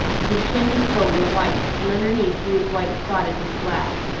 his chin and throat were white, and underneath he was white spotted with black.